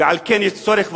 ועל כן יש צורך,